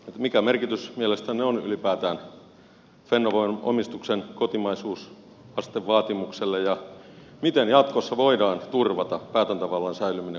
mikä merkitys mielestänne on ylipäätään fennovoiman omistuksen kotimaisuusastevaatimuksella ja miten jatkossa voidaan turvata päätäntävallan säilyminen kotimaassa